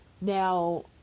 now